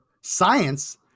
Science